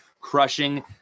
crushing